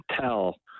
tell